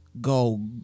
go